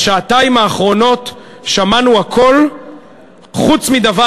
שבשעתיים האחרונות שמענו הכול חוץ מדבר